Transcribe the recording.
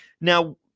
Now